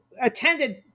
attended